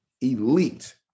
elite